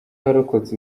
warokotse